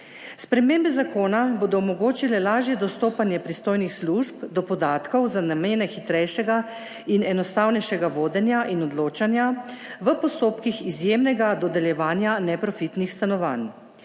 Spremembe zakona bodo omogočile lažje dostopanje pristojnih služb do podatkov za namene hitrejšega in enostavnejšega vodenja in odločanja v postopkih izjemnega dodeljevanja neprofitnih stanovanj.